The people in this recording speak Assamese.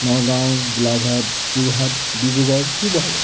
নগাঁও গোলাঘাট যোৰহাট ডিব্ৰুগড় শিৱসাগৰ